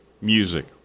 music